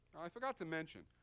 i forgot to mention,